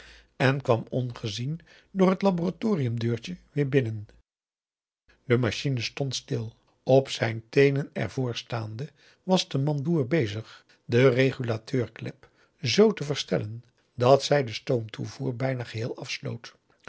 en kwam ongezien door het laboratorium deurtje weer binnen de machine stond stil op zijn teenen er voor staande was de mandoer bezig de regulateur klep zoo te verstellen dat zij den stoomtoevoer bijna geheel afsloot